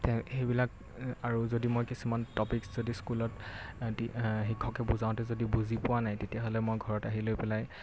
সেইবিলাক আৰু যদি মই কিছুমান টপিকছ্ যদি স্কুলত শিক্ষকে বুজাওঁতে যদি বুজি পোৱা নাই তেতিয়াহ'লে মই ঘৰত আহি লৈ পেলাই